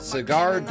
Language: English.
Cigar